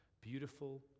beautiful